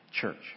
church